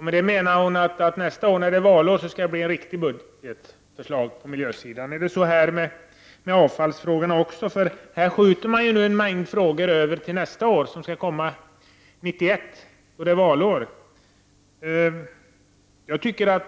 Med det menade hon att nästa år, då det är valår, kommer det ett riktigt budgetförslag för miljön. Är det på samma sätt också med avfallsfrågorna? Här skjuter man en mängd frågor över till nästa år, 1991, då det är valår.